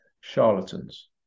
charlatans